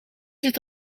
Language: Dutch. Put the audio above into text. zit